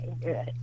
good